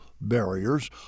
barriers